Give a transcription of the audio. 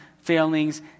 failings